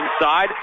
inside